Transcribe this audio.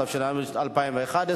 התשע"ב 2011,